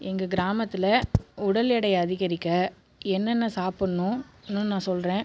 எங்கள் கிராமத்தில் உடல் எடையை அதிகரிக்க என்னென்ன சாப்புடணும்னு நான் சொல்கிறேன்